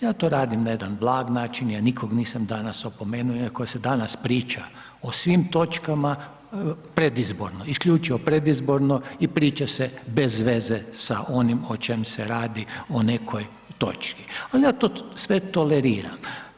Ja to radim na jedan blag način, ja nikog nisam danas opomenuo iako se danas priča o svim točkama predizborno, isključivo predizborno i priča se bez veze sa onim o čem se radi, o nekoj točki, al ja to sve toleriram.